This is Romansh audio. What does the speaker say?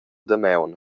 damaun